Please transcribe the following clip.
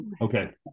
Okay